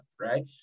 right